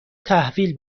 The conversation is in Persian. تحویل